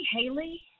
Haley